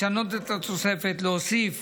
לשנות את התוספת, להוסיף